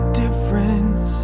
difference